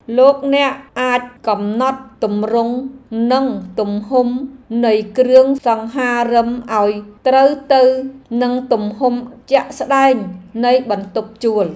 លោកអ្នកអាចកំណត់ទម្រង់និងទំហំនៃគ្រឿងសង្ហារិមឱ្យត្រូវទៅនឹងទំហំជាក់ស្ដែងនៃបន្ទប់ជួល។